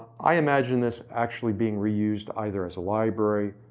i imagine this actually being reused either as a library.